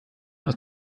aus